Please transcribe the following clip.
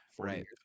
Right